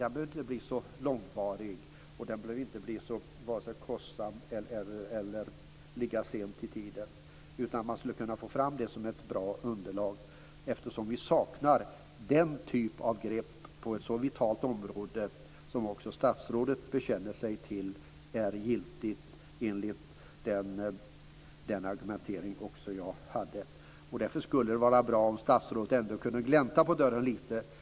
Den behöver inte bli långvarig, och den behöver inte heller bli så kostsam eller ligga sent i tiden. Man skulle kunna få fram det som ett bra underlag, eftersom vi saknar den typen av grepp på ett så vitalt område, som också statsrådet bekänner sig till är giltigt enligt den argumentering som jag hade. Därför skulle det vara bra om statsrådet ändå kunde glänta på dörren lite.